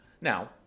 Now